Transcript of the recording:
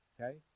okay